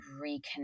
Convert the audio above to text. reconnect